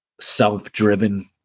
self-driven